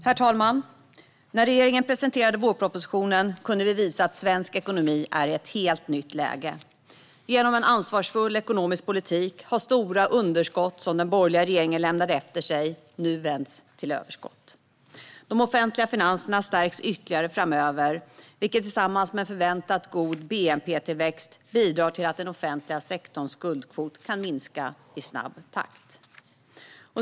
Herr talman! När regeringen presenterade vårpropositionen kunde vi visa att svensk ekonomi är i ett helt nytt läge. Med hjälp av en ansvarsfull ekonomisk politik har stora underskott som den borgerliga regeringen lämnade efter sig nu vänts till överskott. De offentliga finanserna stärks ytterligare framöver, vilket tillsammans med förväntat god bnp-tillväxt bidrar till att den offentliga sektorns skuldkvot kan minska i snabb takt.